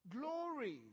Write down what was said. glory